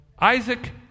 Isaac